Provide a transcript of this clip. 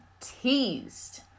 teased